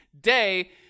day